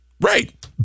Right